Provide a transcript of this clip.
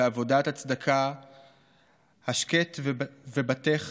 ועבדת הצדקה השקט ובטח